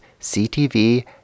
CTV